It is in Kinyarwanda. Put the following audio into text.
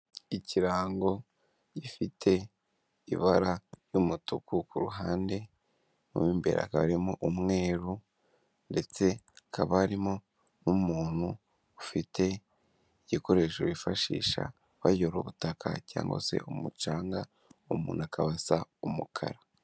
Ikirango gifite ibara ry'umutuku ku ruhande mo imbere hakaba harimo umweru, ndetse hakaba harimo n'umuntu ufite igikoresho bifashisha bayobora ubutaka, cyangwa se umucanga umuntu akabasa umukara.